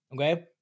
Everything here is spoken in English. okay